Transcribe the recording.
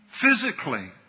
physically